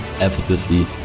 effortlessly